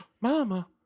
Mama